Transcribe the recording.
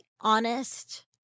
honest